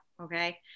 okay